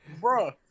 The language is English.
bro